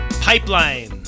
Pipeline